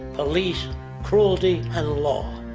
police cruelty and law.